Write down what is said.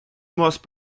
most